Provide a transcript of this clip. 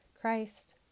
Christ